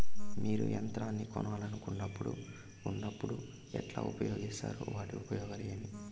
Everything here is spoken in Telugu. మీరు యంత్రాన్ని కొనాలన్నప్పుడు ఉన్నప్పుడు ఎట్లా ఉపయోగిస్తారు వాటి ఉపయోగాలు ఏవి?